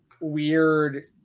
weird